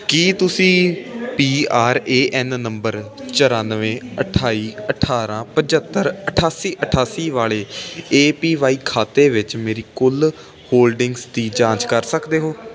ਕੀ ਤੁਸੀਂ P R A N number ਚੁਰਾਨਵੇਂ ਅਠਾਈ ਅਠਾਰਾਂ ਪਚੱਤਰ ਅਠਾਸੀ ਅਠਾਸੀ ਵਾਲੇ ਏ ਪੀ ਵਾਈ ਖਾਤੇ ਵਿੱਚ ਮੇਰੀ ਕੁੱਲ ਹੋਲਡਿੰਗਜ਼ ਦੀ ਜਾਂਚ ਕਰ ਸਕਦੇ ਹੋ